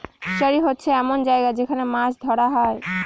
fishery হচ্ছে এমন জায়গা যেখান মাছ ধরা হয়